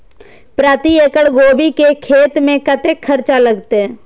प्रति एकड़ गोभी के खेत में कतेक खर्चा लगते?